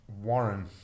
warren